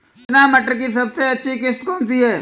रचना मटर की सबसे अच्छी किश्त कौन सी है?